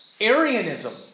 Arianism